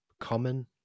Common